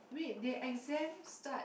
wait they exams start